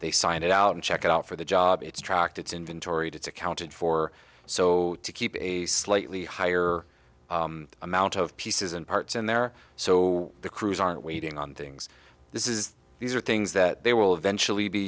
they sign it out and check it out for the job it's tracked it's inventory it's accounted for so to keep a slightly higher amount of pieces and parts in there so the crews aren't waiting on things this is these are things that they will eventually be